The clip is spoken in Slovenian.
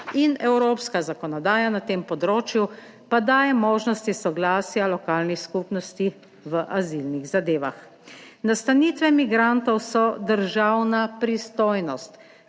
evropska zakonodaja na tem področju pa daje možnosti soglasja lokalnih skupnosti. V azilnih zadevah nastanitve migrantov so državna pristojnost,